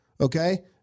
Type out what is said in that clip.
Okay